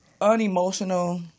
unemotional